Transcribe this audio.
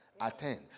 Attend